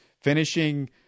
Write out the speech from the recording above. finishing